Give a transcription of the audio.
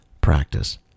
practice